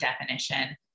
definition